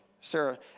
Sarah